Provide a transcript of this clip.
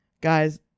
Guys